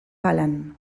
palan